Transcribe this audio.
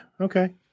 okay